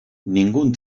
ningún